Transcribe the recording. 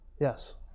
Yes